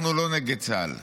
אנחנו לא נגד צה"ל.